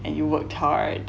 and you worked hard